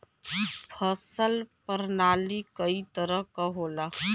फसल परनाली कई तरह क होला